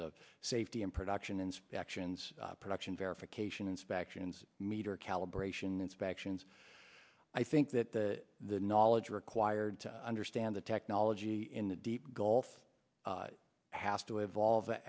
of safety in production inspections production verification inspections meter calibration inspections i think that the knowledge required to understand the technology in the deep gulf has to evolve